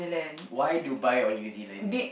why Dubai or New-Zealand